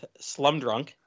Slumdrunk